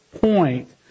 point